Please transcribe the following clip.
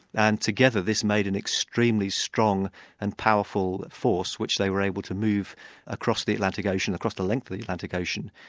and together this made an extremely strong and powerful force which they were able to move across the atlantic ocean, across the length of the atlantic ocean,